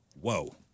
Whoa